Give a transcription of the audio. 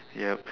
yup